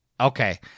Okay